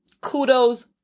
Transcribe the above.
kudos